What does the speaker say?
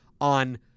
on